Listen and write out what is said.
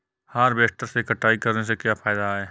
Harvester से कटाई करने से क्या फायदा है?